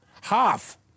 Half